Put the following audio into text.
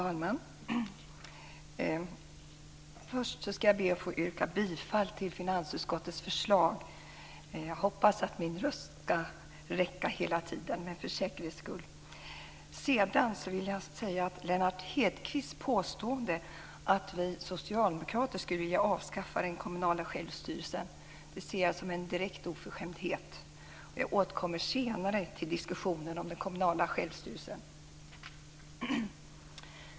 Fru talman! Först ska jag be att få yrka bifall till finansutskottets förslag. Sedan vill jag säga att jag ser Lennart Hedquists påstående att vi socialdemokrater skulle vilja avskaffa den kommunala självstyrelsen som en direkt oförskämdhet. Jag återkommer senare till diskussionen om den kommunala självstyrelsen.